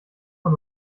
von